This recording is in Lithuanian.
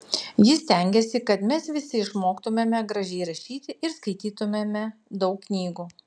ji stengėsi kad mes visi išmoktumėme gražiai rašyti ir skaitytumėme daug knygų